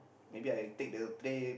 may be I take the plate